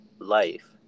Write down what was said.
life